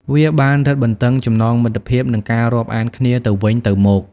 វាបានរឹតបន្តឹងចំណងមិត្តភាព និងការរាប់អានគ្នាទៅវិញទៅមក។